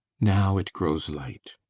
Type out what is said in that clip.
now it grows light.